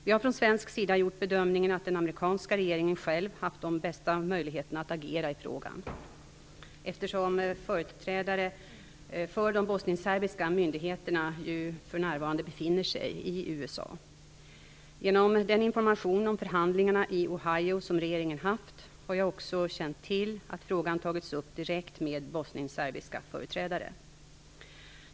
Vi har från svensk sida gjort bedömningen att den amerikanska regeringen själv haft de bästa möjligheterna att agera i frågan, eftersom företrädare för de bosnienserbiska myndigheterna ju för närvarande befinner sig i USA. Genom den information om förhandlingarna i Ohio som regeringen haft har jag också känt till att frågan tagits upp direkt med bosnienserbiska företrädare.